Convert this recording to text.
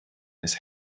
this